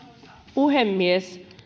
puhemies